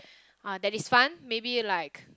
uh that is fun maybe like